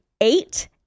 eight